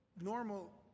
normal